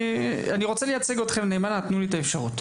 אני רוצה לייצג אתכם נאמנה, תנו לי את האפשרות.